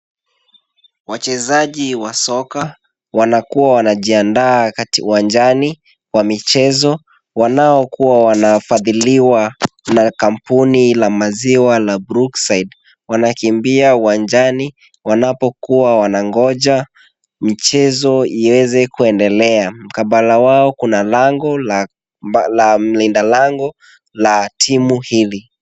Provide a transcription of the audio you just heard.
Wachezaji wa soka wanakuwa wanajiandaa uwanjani wa michezo, wanaokuwa wanafadhiliwa na kampuni la maziwa la Brookside. Wanakimbia uwanjani wanapokuwa wanangoja michezo iweze kuendelea. Mkabala wao kuna lango la mlinda lango la timu hili.